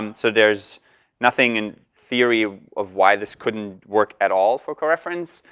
um so, there's nothing in theory of why this couldn't work at all for coreference.